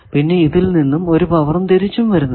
പിന്നെ ഇതിൽ നിന്നും ഒരു പവറും തിരിച്ചു വരുന്നില്ല